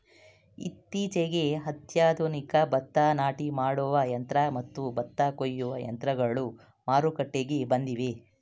ಇತ್ತೀಚೆಗೆ ಅತ್ಯಾಧುನಿಕ ಭತ್ತ ನಾಟಿ ಮಾಡುವ ಯಂತ್ರ ಮತ್ತು ಭತ್ತ ಕೊಯ್ಯುವ ಯಂತ್ರಗಳು ಮಾರುಕಟ್ಟೆಗೆ ಬಂದಿವೆ